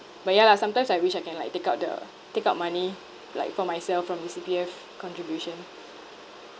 but ya lah sometimes I wish I can like take out the take out money like for myself from the C_P_F contribution